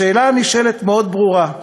השאלה הנשאלת מאוד ברורה: